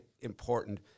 important